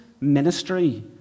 ministry